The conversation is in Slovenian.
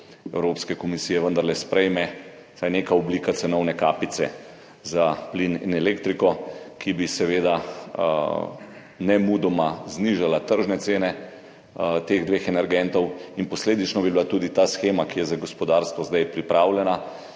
Evropske komisije, vendarle sprejme vsaj neka oblika cenovne kapice za plin in elektriko, ki bi seveda nemudoma znižala tržne cene teh dveh energentov. Posledično bi seveda tudi ta shema, ki je za gospodarstvo pripravljena,